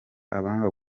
abana